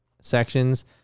sections